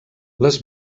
les